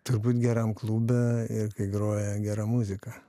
turbūt geram klube ir kai groja gera muzika